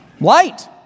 light